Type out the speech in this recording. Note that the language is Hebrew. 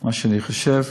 מה שאני חושב,